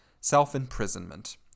self-imprisonment